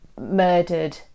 murdered